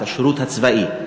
את השירות הצבאי,